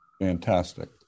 Fantastic